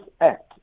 Act